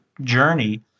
journey